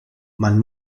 man